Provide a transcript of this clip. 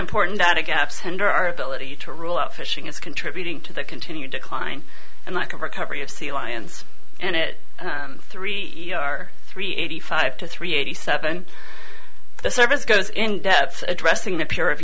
important data gaps hinder our ability to rule out fishing is contributing to the continued decline and lack of recovery of sea lions and it three are three eighty five to three eighty seven the service goes in depth addressing the p